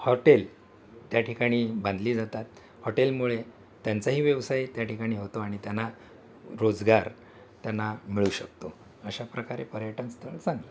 hotel त्या ठिकाणी बांधली जातात हॉटेलमुळे त्यांचाही व्यवसाय त्या ठिकाणी होतो आणि त्यांना रोजगार त्यांना मिळू शकतो अशा प्रकारे पर्यटन स्थळ चांगले